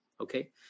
Okay